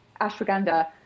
Ashwagandha